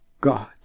God